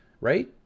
right